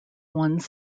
one